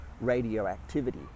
radioactivity